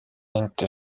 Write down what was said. into